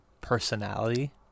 personality